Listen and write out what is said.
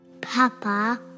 Papa